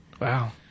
Wow